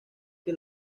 que